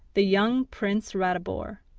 the young prince ratibor,